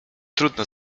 trudno